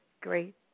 great